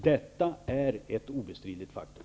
Detta är ett obestidligt faktum.